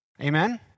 Amen